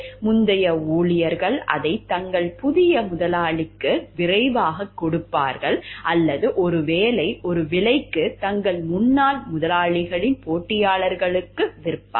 முந்தைய ஊழியர்கள் அதை தங்கள் புதிய முதலாளிகளுக்கு விரைவாகக் கொடுப்பார்கள் அல்லது ஒருவேளை ஒரு விலைக்கு தங்கள் முன்னாள் முதலாளிகளின் போட்டியாளர்களுக்கு விற்கலாம்